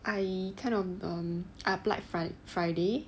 I kind of um I applied friday